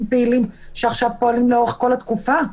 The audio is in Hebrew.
בו פעילות הקשורה בבחירות"; (2)בפסקה (1),